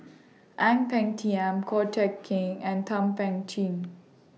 Ang Peng Tiam Ko Teck Kin and Thum Ping Tjin